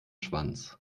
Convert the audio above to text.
schwanz